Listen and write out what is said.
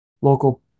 local